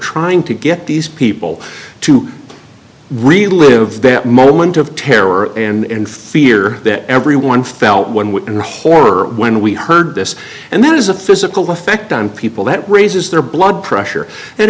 trying to get these people to relive that moment of terror and fear that everyone felt when within the horror when we heard this and that is a physical effect on people that raises their blood pressure and